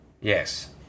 yes